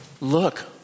look